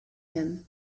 him